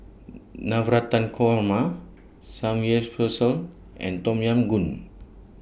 Navratan Korma Samgyeopsal and Tom Yam Goong